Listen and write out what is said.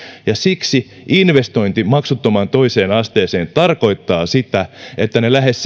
siksi investointi maksuttomaan toiseen asteeseen tarkoittaa sitä että niistä lähes